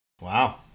Wow